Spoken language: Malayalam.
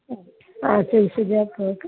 ആ ശരി ശരി ഓകെ ഓകെ